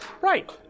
right